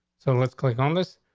so let's click on this.